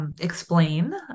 explain